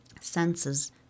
senses